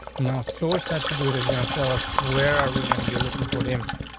now, sources attribute is gonna tell us, where are we going to be looking for damage?